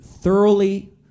thoroughly